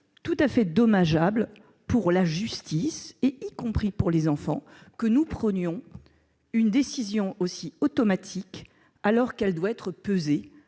tout à fait dommageable pour la justice, mais aussi pour les enfants, que nous imposions une décision automatiquement, alors qu'elle doit être pesée